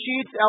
sheets